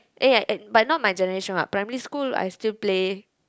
eh but not my generation what primary school I still play